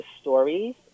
stories